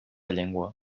llengua